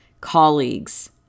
colleagues